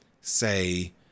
say